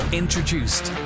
introduced